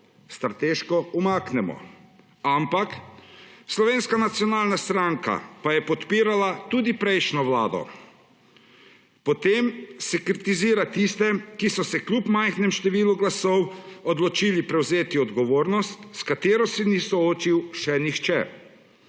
strateško umaknemo, ampak Slovenska nacionalna stranka pa je podpirala tudi prejšnjo vlado. Potem se kritizira tiste, ki so se kljub majhnemu številu glasov odločili prevzeti odgovornost, s katero se ni soočil še nihče.